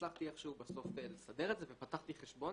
והצלחתי איכשהו בסוף לסדר את זה ופתחתי חשבון